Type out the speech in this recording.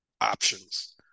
options